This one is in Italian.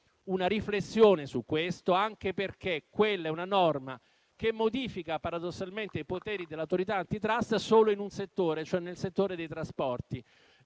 una riflessione su questo emendamento, anche perché quella è una norma che modifica paradossalmente i poteri dell'Autorità *antitrust* solo in un settore, cioè in quello dei trasporti.